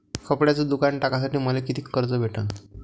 कपड्याचं दुकान टाकासाठी मले कितीक कर्ज भेटन?